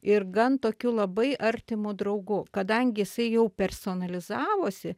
ir gan tokiu labai artimu draugu kadangi jisai jau personalizuotavosi